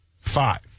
Five